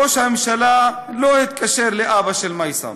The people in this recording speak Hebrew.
ראש הממשלה לא התקשר לאבא של מייסם.